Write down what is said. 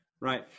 Right